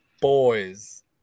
boys